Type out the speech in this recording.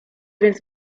więc